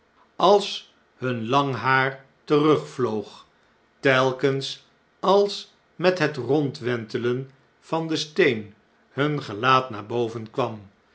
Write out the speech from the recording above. als hun lang haar terugvloog telkens als met het rondwentelen van den steen hun gelaat naar boven kwam